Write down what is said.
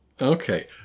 Okay